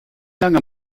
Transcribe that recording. lange